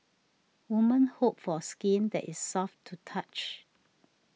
women hope for skin that is soft to touch